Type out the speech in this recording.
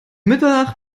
mitternacht